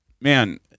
Man